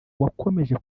wakomeje